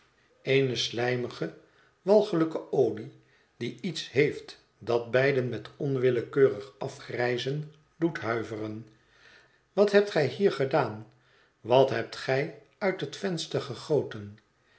eene slijmige walgelijke olie die iets heeft dat beiden met onwillekeurig afgrijzen doet huiveren wat hebt gij hier gedaan wat hebt gij uit het venster gegoten